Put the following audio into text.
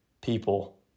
people